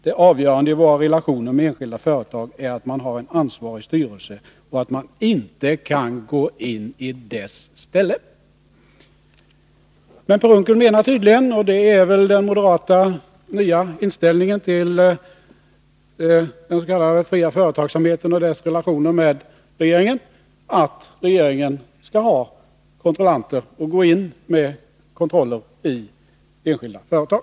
Det avgörande i våra relationer med enskilda företag är att man har en ansvarig styrelse och att man inte kan gå in i dess ställe.” Men Per Unckel menar tydligen — det är väl den moderata, nya inställningen till den s.k. fria företagsamheten och dess relationer till regeringen — att regeringen skall vara kontrollant och gå in med kontroller i enskilda företag.